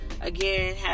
again